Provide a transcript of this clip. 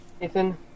Nathan